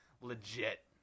legit